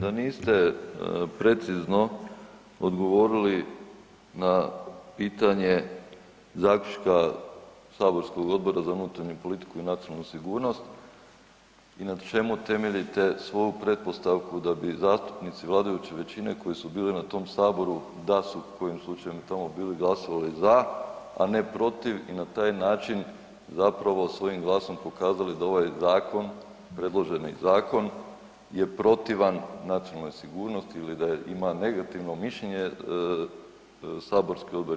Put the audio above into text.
da niste precizno odgovorili na pitanje zaključka Saborskog odbora za unutarnju politiku i nacionalnu sigurnost na čemu temeljite svoju pretpostavku da bi zastupnici vladajuće većine koji su bili na tom saboru da su kojim slučajem tamo bili glasovali za, a ne protiv i na taj način zapravo svojim glasom pokazali da ovaj zakon, predloženi zakon je protivan nacionalnoj sigurnosti ili da ima negativno mišljenje saborski odbor je